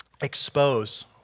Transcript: expose